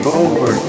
over